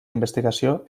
investigació